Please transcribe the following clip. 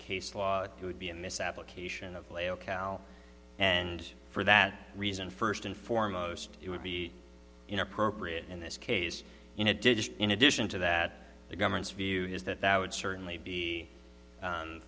case law it would be in this application of play ok now and for that reason first and foremost it would be inappropriate in this case in addition in addition to that the government's view is that that would certainly be